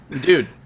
Dude